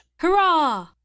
hurrah